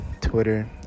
Twitter